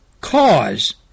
cause